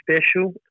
special